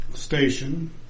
station